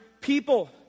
people